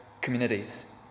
communities